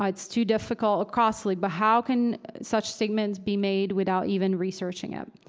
um it's too difficult or costly, but how can such statements be made without even researching it?